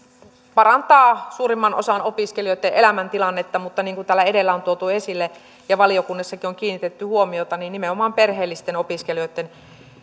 parantaa suurimman osan opiskelijoitten elämäntilannetta mutta niin kuin täällä edellä on tuotu esille ja valiokunnassakin on kiinnitetty huomiota niin nimenomaan perheellisten opiskelijoitten